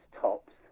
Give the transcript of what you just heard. tops